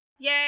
Yay